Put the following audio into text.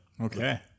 Okay